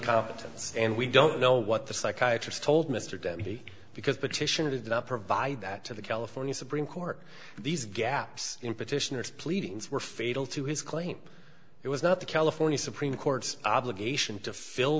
competence and we don't know what the psychiatrist told mr deputy because petition it up provide that to the california supreme court these gaps in petitioners pleadings were fatal to his claim it was not the california supreme court's obligation to fill